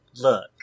look